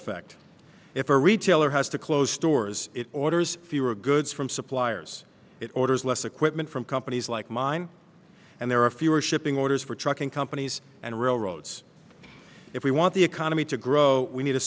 effect if a retailer has to close stores it orders fewer goods from suppliers it orders less equipment from companies like mine and there are fewer shipping orders for trucking companies and railroads if we want the economy to grow we need a